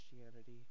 Christianity